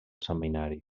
seminari